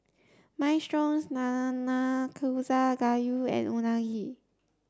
Minestrone Nanakusa Gayu and Unagi